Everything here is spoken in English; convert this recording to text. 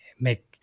make